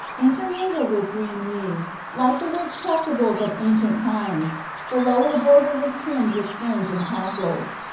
intermingled with green leaves, like the rich chasubles of ancient times the lower border was trimmed with fringe and tassels.